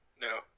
no